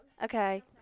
Okay